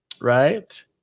right